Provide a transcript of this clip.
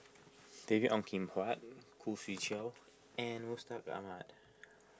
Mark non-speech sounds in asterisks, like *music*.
*noise* David Ong Kim Huat Khoo Swee Chiow and Mustaq Ahmad